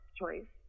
choice